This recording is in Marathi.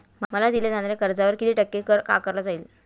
मला दिल्या जाणाऱ्या कर्जावर किती टक्के कर आकारला जाईल?